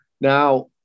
Now